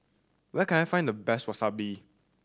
where can I find the best Wasabi